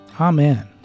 Amen